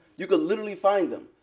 you can literally find them.